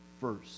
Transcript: first